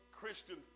Christian